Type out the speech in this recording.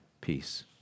peace